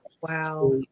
wow